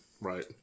Right